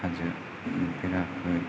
हाजो नुफेराखै